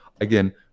again